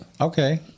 Okay